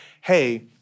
hey